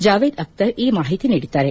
ಜಾವೇದ್ ಅಖ್ಲರ್ ಈ ಮಾಹಿತಿ ನೀಡಿದ್ದಾರೆ